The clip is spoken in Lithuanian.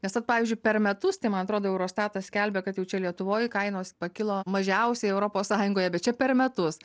nes vat pavyzdžiui per metus tai man atrodo eurostatas skelbia kad jau čia lietuvoj kainos pakilo mažiausiai europos sąjungoje bet čia per metus